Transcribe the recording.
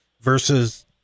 versus